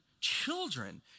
Children